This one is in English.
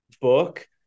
book